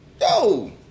yo